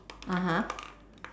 (uh huh)